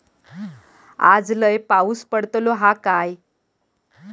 आज लय पाऊस पडतलो हा काय?